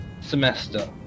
semester